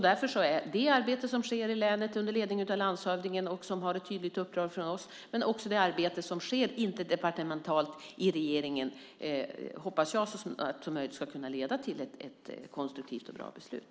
Därför hoppas jag att det arbete som sker i länet under ledning av landshövdingen, som har ett tydligt uppdrag från oss, men också det arbete som sker interdepartementalt i regeringen, så snabbt som möjligt ska kunna leda till ett konstruktivt och bra beslut.